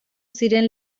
ziren